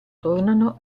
tornano